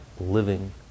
living